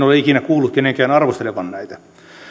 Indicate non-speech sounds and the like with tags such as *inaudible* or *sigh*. *unintelligible* ole ikinä kuullut kenenkään arvostelevan näitä